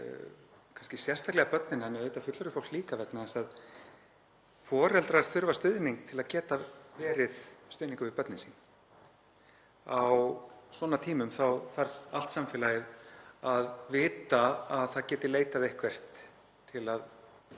sérstaklega börnin en auðvitað fullorðið fólk líka vegna þess að foreldrar þurfa stuðning til að geta verið stuðningur við börnin sín. Á svona tímum þarf allt samfélagið að vita að það geti leitað eitthvert til að